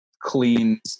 clean